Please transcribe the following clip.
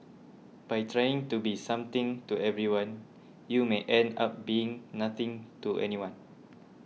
by trying to be something to everyone you may end up being nothing to anyone